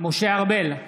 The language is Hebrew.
משה ארבל,